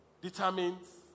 determines